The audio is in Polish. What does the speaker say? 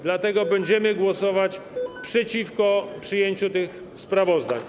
Dlatego będziemy głosować przeciwko przyjęciu tych sprawozdań.